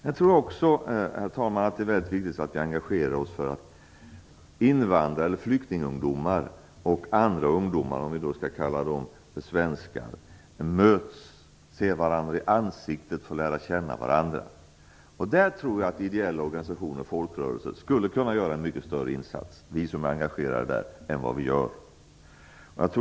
Jag tror också att det är väldigt viktigt att vi engagerar oss för att invandrar och flyktingungdomar och andra ungdomar, om vi skall kalla dem svenskar, möts, ser varandra i ansiktet och lär känna varandra. Där tror jag att ideella organisationer och folkrörelser och vi som är engagerade där skulle kunna göra en mycket större insats än vad vi gör.